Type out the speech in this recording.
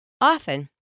Often